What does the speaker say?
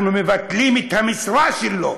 אנחנו מבטלים את המשרה שלו.